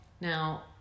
Now